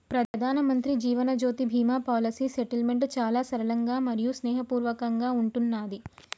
ప్రధానమంత్రి Jeevan Jyoti Bima policy settlement చాలా సరళంగా మరియు స్నేహపూర్వకంగా ఉంటున్నాది